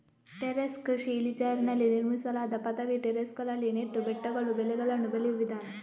terrace ಕೃಷಿ ಇಳಿಜಾರಿನಲ್ಲಿ ನಿರ್ಮಿಸಲಾದ ಪದವಿ ಟೆರೇಸುಗಳಲ್ಲಿ ನೆಟ್ಟು ಬೆಟ್ಟಗಳು ಬೆಳೆಗಳನ್ನು ಬೆಳೆಯುವ ವಿಧಾನ